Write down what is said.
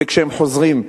וכשהם חוזרים,